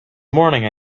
morning